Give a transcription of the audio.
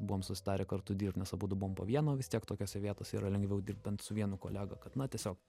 buvom susitarę kartu dirbt nes abudu buvom po vieną o vis tiek tokiose vietose yra lengviau dirbt bent su vienu kolega kad na tiesiog